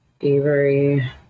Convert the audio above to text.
Avery